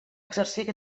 exercir